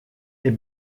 est